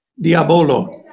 Diabolo